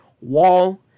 Wall